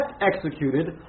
executed